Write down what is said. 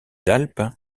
alpes